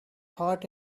hot